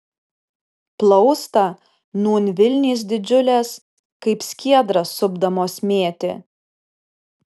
plaustą nūn vilnys didžiulės kaip skiedrą supdamos mėtė